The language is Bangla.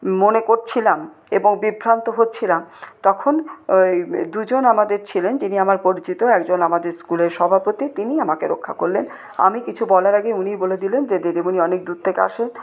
মনে করছিলাম এবং বিভ্রান্ত হচ্ছিলাম তখন ওই দুজন আমাদের ছিলেন যিনি আমার পরিচিত একজন আমাদের স্কুলের সভাপতি তিনিই আমাকে রক্ষা করলেন আমি কিছু বলার আগে উনিই বলে দিলেন যে দিদিমণি অনেক দূর থেকে আসেন